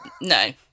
No